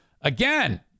again